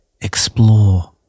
explore